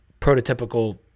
prototypical